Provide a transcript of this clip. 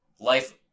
life